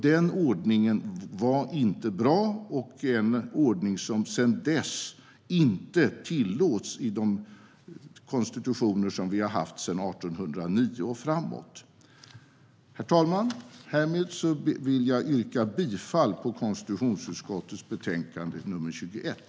Den ordningen var inte bra och är en ordning som sedan dess inte har tillåtits i våra konstitutioner från 1809 och framåt. Herr talman! Härmed vill jag yrka bifall till förslaget i konstitutionsutskottets betänkande 21.